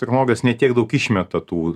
technologijos ne tiek daug išmeta tų